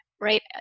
right